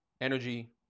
energy